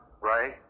right